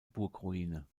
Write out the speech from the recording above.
burgruine